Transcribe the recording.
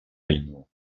ainu